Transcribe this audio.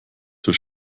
zur